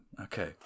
okay